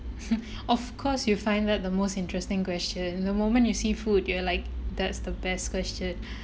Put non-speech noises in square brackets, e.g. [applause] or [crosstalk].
[laughs] of course you find that the most interesting question the moment you see food you are like that's the best question